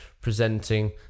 presenting